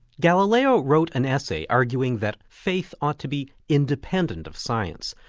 galileo wrote an essay arguing that faith ought to be independent of science,